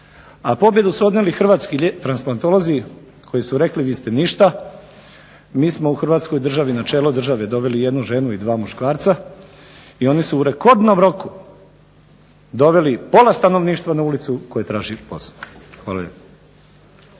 A pobjedu su odnijeli hrvatski transplantolozi koji su rekli vi ste ništa, mi smo u hrvatskoj državi na čelo države doveli jednu ženu i dva muškarca, i oni su u rekordnom roku doveli pola stanovništva na ulicu koji traži posao. Hvala